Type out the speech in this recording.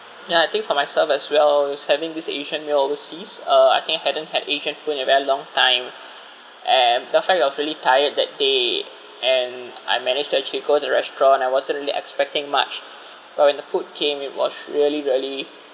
ya I think for myself as well as having this asian meal overseas uh I think hadn't had asian food in a very long time and that time I was really tired that day and I managed to actually go to the restaurant I wasn't really expecting much but when the food came it was really really